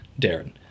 Darren